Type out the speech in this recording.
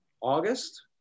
August